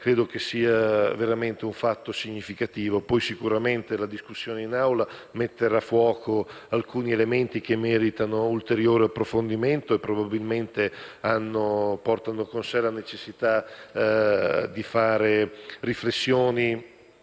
credo che rappresenti un fatto veramente significativo. Poi sicuramente la discussione in Assemblea metterà a fuoco alcuni elementi che meritano un ulteriore approfondimento e probabilmente portano con sé la necessità di svolgere riflessioni